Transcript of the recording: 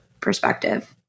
perspective